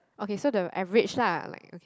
okay so the average lah like